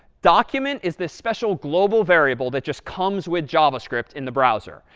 document is this special global variable that just comes with javascript in the browser,